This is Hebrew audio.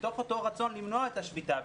מתוך אותו רצון למנוע את השביתה,